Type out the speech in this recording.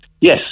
yes